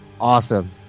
Awesome